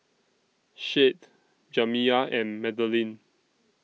Shade Jamiya and Madaline